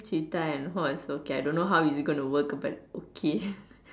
cheetah and horse okay I don't know how is it gonna work but okay